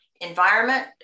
environment